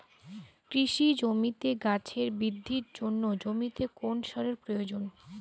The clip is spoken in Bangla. কৃষি জমিতে গাছের বৃদ্ধির জন্য জমিতে কোন সারের প্রয়োজন?